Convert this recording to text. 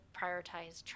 prioritize